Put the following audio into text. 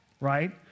right